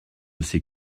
ces